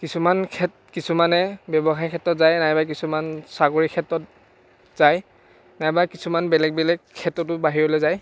কিছুমান ক্ষেত কিছুমানে ব্যৱসায় ক্ষেত্ৰত যায় নাইবা কিছুমান চাকৰি ক্ষেত্ৰত যায় নাইবা কিছুমান বেলেগ বেলেগ ক্ষেত্ৰতো বাহিৰলৈ যায়